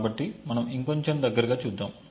కాబట్టి మనము ఇంకొంచెం దగ్గరగా చూద్దాము